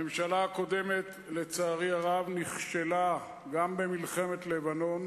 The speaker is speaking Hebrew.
הממשלה הקודמת, לצערי הרב, נכשלה גם במלחמת לבנון